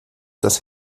das